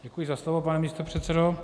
Děkuji za slovo, pane místopředsedo.